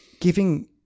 giving